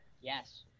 Yes